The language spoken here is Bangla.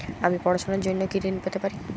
আমি পড়াশুনার জন্য কি ঋন পেতে পারি?